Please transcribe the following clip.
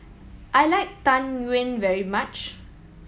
I like Tang Yuen very much